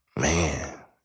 man